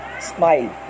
smile